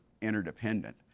interdependent